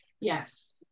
yes